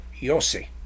yossi